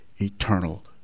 eternal